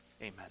Amen